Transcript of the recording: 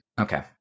okay